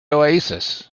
oasis